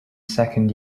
second